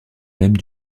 même